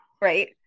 right